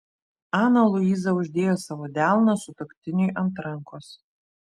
ana luiza uždėjo savo delną sutuoktiniui ant rankos